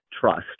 trust